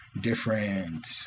different